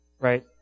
right